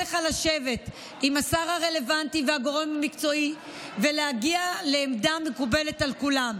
לך לשבת עם השר הרלוונטי והגורם המקצועי ולהגיע לעמדה מקובלת על כולם.